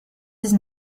dix